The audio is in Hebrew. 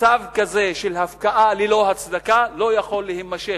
מצב כזה של הפקעה ללא הצדקה לא יכול להימשך.